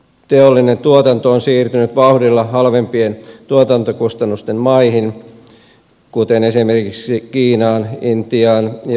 teollinen tuotanto on siirtynyt vauhdilla halvempien tuotantokustannusten maihin kuten esimerkiksi kiinaan intiaan ja vietnamiin